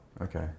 Okay